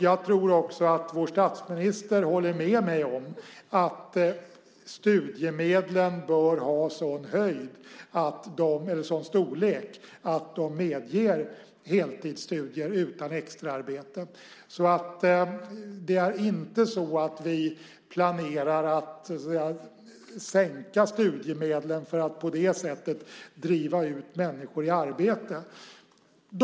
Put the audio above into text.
Jag tror också att vår statsminister håller med mig om att studiemedlen bör vara av sådan storlek att de medger heltidsstudier utan extraarbete. Det är inte så att vi planerar att sänka studiemedlen för att på det sättet driva ut människor i arbete.